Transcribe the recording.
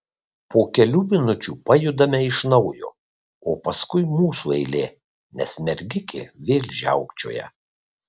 po kelių minučių pajudame iš naujo o paskui mūsų eilė nes mergikė vėl žiaukčioja